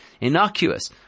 innocuous